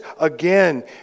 again